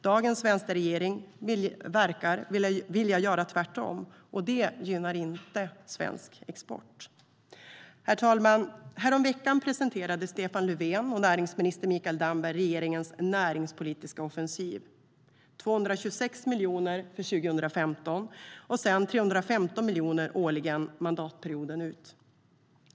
Dagens vänsterregering verkar vilja göra tvärtom. Det gynnar inte svensk export. Herr talman! Häromveckan presenterade Stefan Löfven och näringsminister Mikael Damberg regeringens näringspolitiska offensiv. Det var 226 miljoner för 2015 och sedan 315 miljoner årligen, mandatperioden ut.